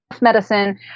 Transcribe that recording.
medicine